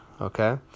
okay